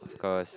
because